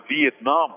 Vietnam